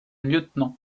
lieutenant